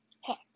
Heck